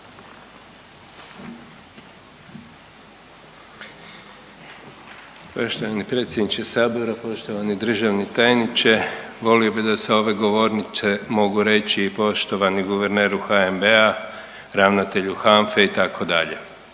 Poštovani predsjedniče Sabora, poštovani državni tajniče volio bih da sa ove govornice mogu reći i poštovani guverneru HNB-a, ravnatelju HANF-e itd.,